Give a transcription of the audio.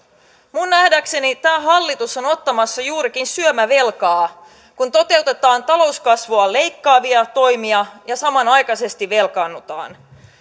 minun nähdäkseni tämä hallitus on ottamassa juurikin syömävelkaa kun toteutetaan talouskasvua leikkaavia toimia ja samanaikaisesti velkaannutaan